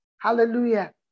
Hallelujah